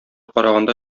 караганда